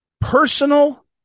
personal